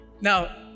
Now